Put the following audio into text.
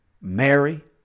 Mary